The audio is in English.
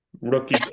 Rookie